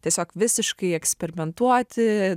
tiesiog visiškai eksperimentuoti